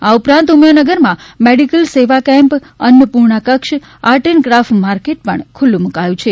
આ ઉપરાંત ઉમિયાનગરમાં મેડીકલ સેવા કેમ્પ અન્નપૂર્ણા કક્ષ આર્ટ એન્ડ ક્રાફટ માર્કેટ પણ ખૂલ્લું મૂકાયું છે